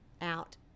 out